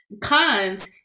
cons